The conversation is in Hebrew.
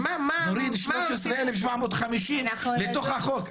ונכניס 13,750 לתוך החוק.